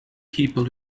people